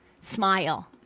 Smile